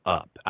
up